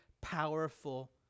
powerful